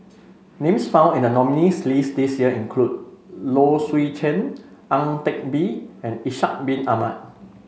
names found in the nominees' list this year include Low Swee Chen Ang Teck Bee and Ishak Bin Ahmad